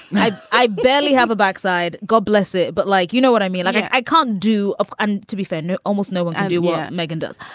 and i i barely have a backside. god bless it. but like, you know what i mean? like i can't do. and to be fair. no, almost no one anywhere. meghan does.